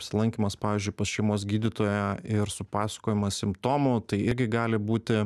apsilankymas pavyzdžiui pas šeimos gydytoją ir supasakojimas simptomų tai irgi gali būti